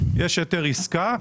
יש היתר עסקה.